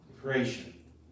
creation